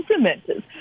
implementers